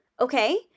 okay